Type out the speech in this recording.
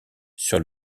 sur